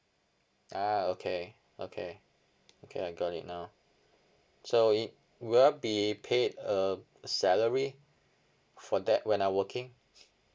ah okay okay okay I got it now so it will I be paid a salary for that when I working